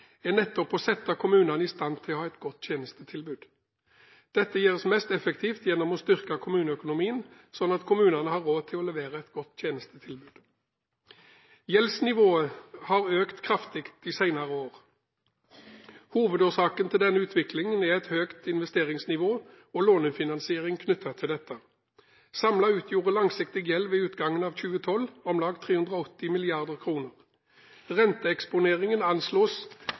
nettopp å sette kommunene i stand til å ha et godt tjenestetilbud. Dette gjøres mest effektivt gjennom å styrke kommuneøkonomien, slik at kommunene har råd til å levere et godt tjenestetilbud. Gjeldsnivået har økt kraftig de senere årene. Hovedårsaken til denne utviklingen er et høyt investeringsnivå og lånefinansiering knyttet til dette. Samlet utgjorde langsiktig gjeld ved utgangen av 2012 om lag 380 mrd. kr. Renteeksponeringen anslås